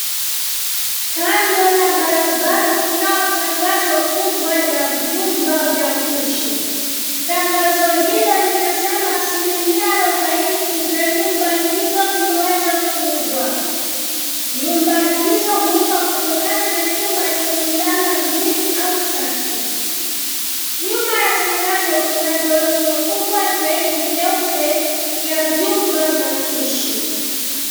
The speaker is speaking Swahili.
Kando la barabara kunao tangazo kubwa la vyumba vya kuishi, tangazo hilo linasema asilimia arobaini za nyumba hizo zimeweza kuuzwa, nyumba hizo huuzwa kutokana na chumba cha kulala mbili au tatu, nyuma ya tangazo kuna ghorofa kubwa zaidi nyeupe, ya vyumba vya kuishi.